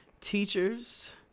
teachers